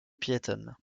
piétonne